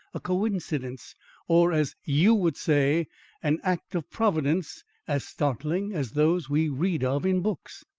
a coincidence or, as you would say an act of providence as startling as those we read of in books.